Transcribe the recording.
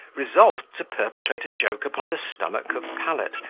resolved to perpetrate a joke upon the stomach of pallet,